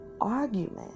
argument